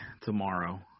tomorrow